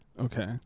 okay